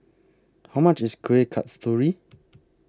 How much IS Kuih Kasturi